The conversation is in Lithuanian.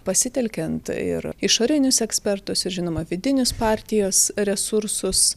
pasitelkiant ir išorinius ekspertus ir žinoma vidinius partijos resursus